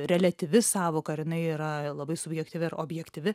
reliatyvi sąvoka ar jinai yra labai subjektyvi ar objektyvi